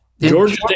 Georgia